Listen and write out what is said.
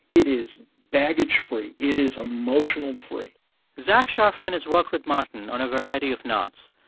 it is baggage free. it is emotional free zach sharfman has worked with martin on a variety of knots.